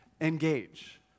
Engage